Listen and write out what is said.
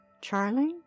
Charlie